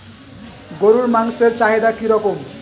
গরুর মাংসের চাহিদা কি রকম?